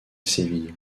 séville